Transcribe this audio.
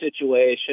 situation